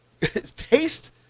Taste